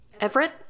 Everett